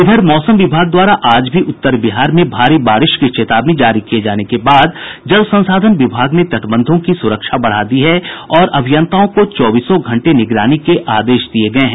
इधर मौसम विभाग द्वारा आज भी उत्तर बिहार में भारी बारिश की चेतावनी जारी किये जाने के बाद जल संसाधन विभाग ने तटबंधों पर सुरक्षा बढ़ा दी है और अभियंताओं को चौबीसों घंटे निगरानी के आदेश दिये गये हैं